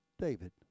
David